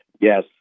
Yes